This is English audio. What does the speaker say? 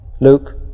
Luke